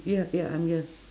ya ya I'm yes